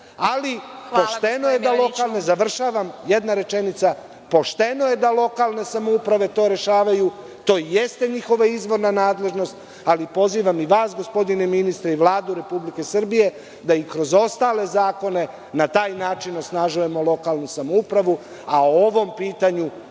Ali, pošteno je da lokalne samouprave to rešavaju. To jeste njihova izvorna nadležnost, ali pozivam i vas gospodine ministre i Vladu Republike Srbije da i kroz ostale zakone na taj način osnažujemo lokalnu samoupravu, a o ovom pitanju